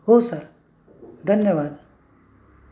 हो सर धन्यवाद